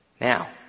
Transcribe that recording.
Now